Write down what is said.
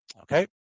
Okay